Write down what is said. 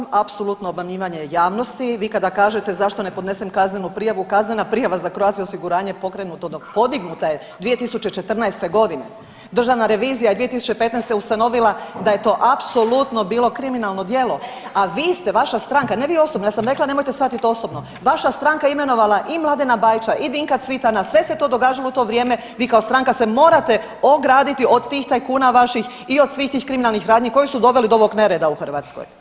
Dakle, čl. 238. apsolutno obmanjivanje javnosti, vi kada kažete zašto ne podnesem kaznenu prijavu, kaznena prijava za Croatiau osiguranje je pokrenuta, podignuta je 2014.g. Državna revizija je 2015. ustanovila da je to apsolutno bilo kriminalno djelo, a vi ste vaša stranka, ne vi osobno, ja sam rekla nemojte shvatiti osobno vaša je stranka imenovala i Mladena Bajića i Dinka Cvitana, sve se to događalo u to vrijeme, vi kao stranka se morate ograditi od tih tajkuna vaših i od svih tih kriminalnih radnji koji su doveli do ovog nereda u Hrvatskoj.